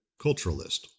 culturalist